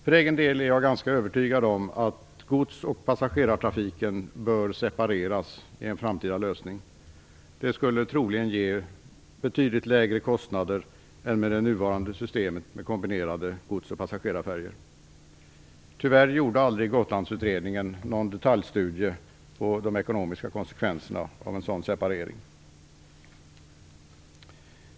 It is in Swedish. För egen del är jag ganska övertygad om att godsoch passagerartrafiken bör separeras i en framtida lösning. Det skulle troligen ge lägre kostnader än med det nuvarande systemet med kombinerade gods och passagerarfärjor. Tyvärr gjorde Gotlandsutredningen aldrig någon detaljstudie på de ekonomiska konsekvenserna av en sådan separering.